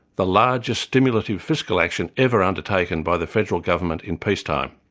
the largest stimulative fiscal action ever undertaken by the federal government in peacetime.